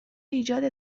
ایجاد